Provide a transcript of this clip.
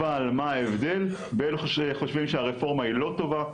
אבל מה ההבדל בין אלה שחושבים שהרפורמה היא לא טובה,